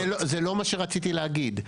אבל זה לא מה שרציתי להגיד.